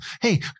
hey